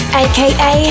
aka